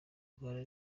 rwanda